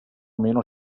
meno